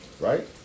right